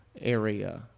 area